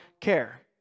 care